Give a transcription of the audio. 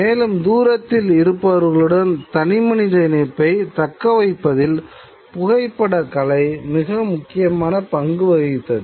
மேலும் தூரத்தில் இருப்பவர்களுடன் தனிமனித இணைப்பை தக்கவைப்பதில் புகைப்படக் கலை மிக முக்கியமான பங்கு வகித்தது